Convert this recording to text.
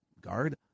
guard